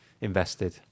invested